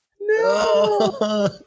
No